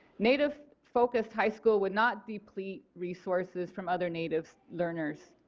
native focused high school will not deplete resources from other native learners.